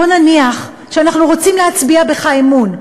בוא נניח שאנחנו רוצים להצביע בך אמון,